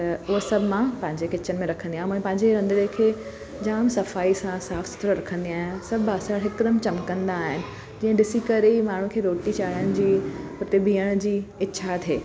त उहो सभु मां पहिंजे जेके किचन में रखंदी आहियां मां पहिंजे रंधिणे खे जाम सफ़ाई सां साफ़ सुथरो रखंदी आहियां सभु बासण हिकदमि चिमकंदा आहिनि जीअं ॾिसी करे ई माण्हू खे रोटी चाढ़ण जी हुते बीहण जी इच्छा थिए